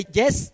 yes